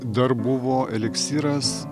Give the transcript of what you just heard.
dar buvo eliksyras